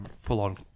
full-on